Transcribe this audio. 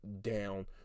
down